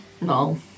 No